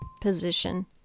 position